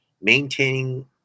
maintaining